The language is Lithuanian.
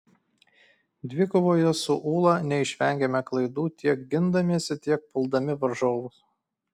dvikovoje su ūla neišvengėme klaidų tiek gindamiesi tiek puldami varžovus